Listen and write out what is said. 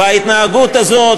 וההתנהגות הזאת,